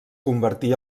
convertí